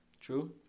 True